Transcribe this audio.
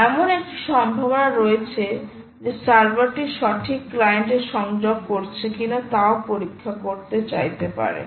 এমন একটি সম্ভাবনা রয়েছে যে সার্ভারটি সঠিক ক্লায়েন্ট এ সংযোগ করছে কিনা তাও পরীক্ষা করতে চাইতে পারে